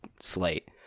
slate